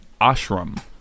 Ashram